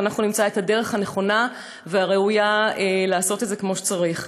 ואנחנו נמצא את הדרך הנכונה והראויה לעשות את זה כמו שצריך.